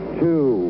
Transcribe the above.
two